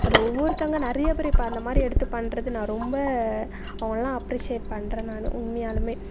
அது ஒவ்வொருத்தவங்கள் நிறைய பேர் இப்போ அந்தமாதிரி எடுத்து பண்ணுறது நான் ரொம்ப அவங்களலாம் அப்ரிஷியேட் பண்ணுறேன் நான் உண்மையாலுமே